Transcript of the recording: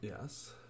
Yes